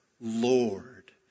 Lord